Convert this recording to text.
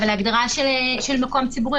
אבל ההגדרה של מקום ציבורי,